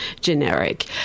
generic